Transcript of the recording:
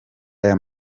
aya